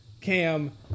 cam